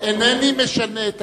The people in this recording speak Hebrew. אינני משנה את